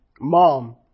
mom